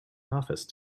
office